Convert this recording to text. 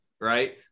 Right